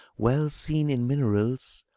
well seen in minerals,